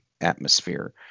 atmosphere